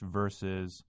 versus